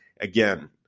again